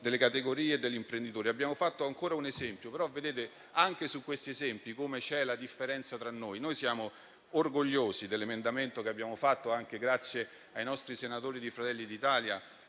delle categorie e degli imprenditori. Abbiamo fatto ancora un esempio, ma anche su questi esempi, la differenza è che noi siamo orgogliosi dell'emendamento che abbiamo presentato anche grazie ai nostri senatori di Fratelli d'Italia,